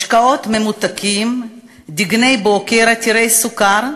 משקאות ממותקים, דגני בוקר עתירי סוכר,